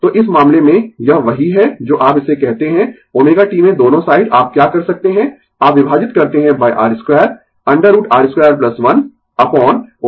तो इस मामले में यह वही है जो आप इसे कहते है ω t में दोनों साइड आप क्या कर सकते है आप विभाजित करते है R 2 √ R 2 1 अपोन ω c 2